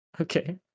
okay